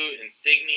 insignia